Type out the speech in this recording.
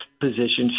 positions